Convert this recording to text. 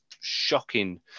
shocking